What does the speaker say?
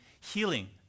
healing